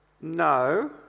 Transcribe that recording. No